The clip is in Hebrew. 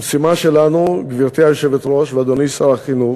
המשימה שלנו, גברתי היושבת-ראש ואדוני שר החינוך,